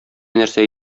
нәрсә